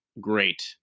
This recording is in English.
great